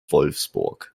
wolfsburg